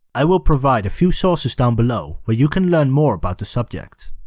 i will provide a few sources down below where you can learn more about the subject.